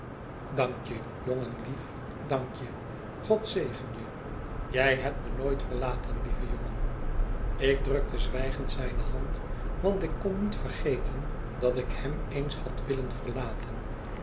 dank je jongenlief dank je god zegen je jij hebt me nooit verlaten lieve jongen ik drukte zwijgend zijne hand wantik kon niet vergeten dat ik hem eens had willen verlaten